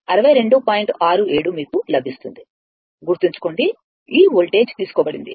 67 మీకు లభిస్తుంది గుర్తుంచుకోండి ఈ వోల్టేజ్ తీసుకోబడింది